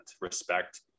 respect